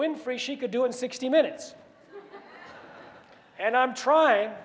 winfrey she could do in sixty minutes and i'm trying